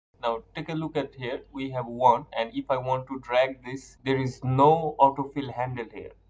now take a look at here we have one and if i want to drag this, there is no auto-fill handle here.